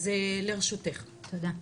תודה.